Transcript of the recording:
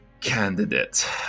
candidate